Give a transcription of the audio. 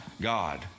God